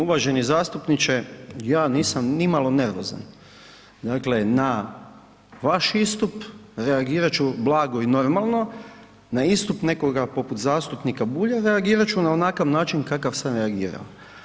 Uvaženi zastupniče, ja nisam nimalo nervozan, dakle na vaš istup reagirat ću blago i normalno, na istup nekoga poput zastupnika Bulja reagirat ću na onakav način na kakav sam reagirao.